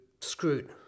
screwed